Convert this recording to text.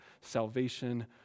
salvation